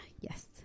yes